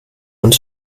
und